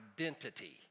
identity